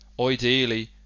ideally